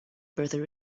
brother